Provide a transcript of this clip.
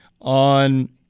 on